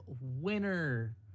winner